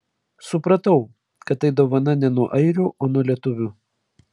supratau kad tai dovana ne nuo airių o nuo lietuvių